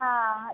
ಹಾಂ